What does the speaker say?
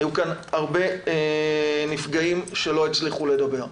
היו כאן הרבה נפגעים שלא הצליחו לדבר,